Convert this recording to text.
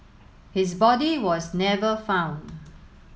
his body was never found